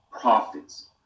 Profits